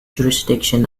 jurisdiction